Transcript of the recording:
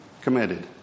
committed